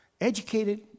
Educated